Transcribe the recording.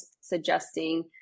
suggesting